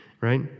Right